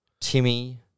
Timmy